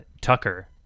tucker